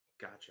Gotcha